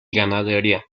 ganadería